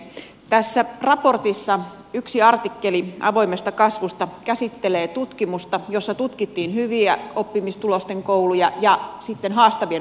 tässä raportissa yksi artikkeli avoimesta kasvusta käsittelee tutkimusta jossa tutkittiin hyvien oppimistulosten kouluja ja haastavien oppimistulosten kouluja